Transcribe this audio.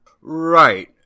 Right